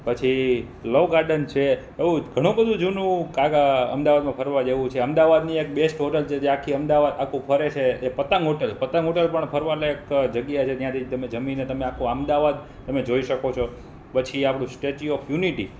પછી love garden છે એવું જ ઘણું બધુ જૂનું કાક અમદાવાદમાં ફરવા જેવું છે અમદાવાદની એક બેસ્ટ હોટલ છે જે આખી અમદાવાદ આખું ફરે છે જે પતંગ હોટલ પતંગ હોટલ પણ ફરવા લાયક જગ્યા છે ત્યાંથી તમે જમીને તમે આખું અમદાવાદ તમે જોઈ શકો છો પછી આપણું સ્ટેચ્યૂ ઓફ યુનિટી